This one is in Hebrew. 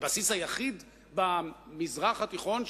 הבסיס היחיד במזרח התיכון,